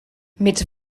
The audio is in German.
mit